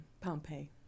Pompeii